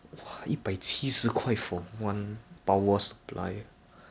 just that the monitor need to be good that's all right just that the monitor need to be good